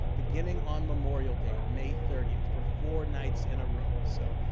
beginning on memorial day, may thirtieth, for four nights in a row. so,